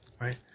right